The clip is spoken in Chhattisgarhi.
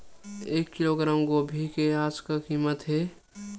एक किलोग्राम गोभी के आज का कीमत हे?